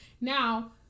Now